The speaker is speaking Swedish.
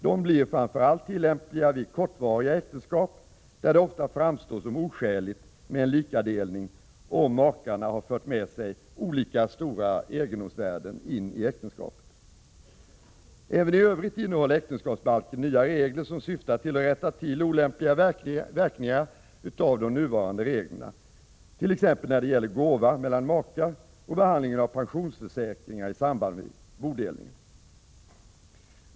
Dessa blir tillämpliga framför allt vid kortvariga äktenskap, där det ofta framstår som oskäligt med en likadelning, om makarna har fört med sig olika egendomsvärden in i äktenskapet. Även i övrigt innehåller äktenskapsbalken nya regler som syftar till att rätta till olämpliga verkningar av nuvarande regler, t.ex. när det gäller gåva mellan makar och behandlingen av pensionsförsäkringar i samband med bodelning.